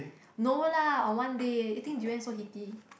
no lah or one day eating durian so heaty